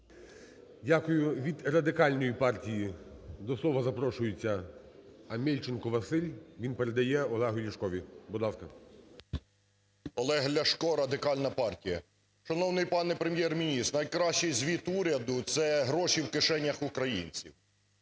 Дякую. Від Радикальної партії до слова запрошується Амельченко Василь. Він передає Олегу Ляшку. Будь ласка. 10:35:28 ЛЯШКО О.В. Олег Ляшко, Радикальна партія. Шановний пане Прем'єр-міністр, найкращий звіт уряду – це гроші в кишенях українців.